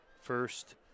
First